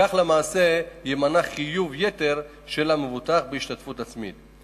וכך למעשה יימנע חיוב יתר של המבוטח בהשתתפות עצמית.